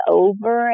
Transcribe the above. over